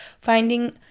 finding